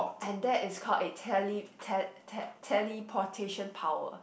and that is caledl a tele~ te~ te~ teleportation power